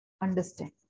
understand